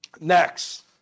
Next